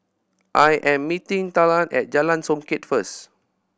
I am meeting Talan at Jalan Songket first